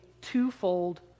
twofold